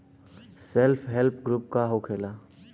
Self help group का होखेला?